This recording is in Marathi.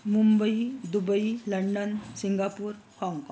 मुंबई दुबई लंडन सिंगापूर हाँगकाँग